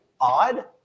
odd